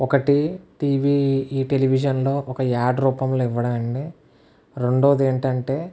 ఒకటి టీవీ ఈ టెలివిజన్లో ఒక యాడ్ రూపంలో ఇవ్వడం అండి రెండవది ఏంటంటే